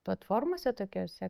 platformose tokiose